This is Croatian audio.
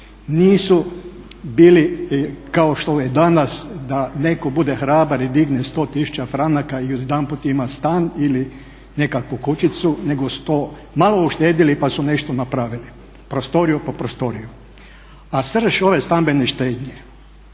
Nisu bili kao što je danas da neko bude hrabar i digne 100 tisuća franak i odjedanput ima stan ili nekakvu kućicu, nego su to malo uštedili pa su nešto napravili, prostoriju po prostoriju. A srž ove stambene štednje,